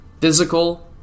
Physical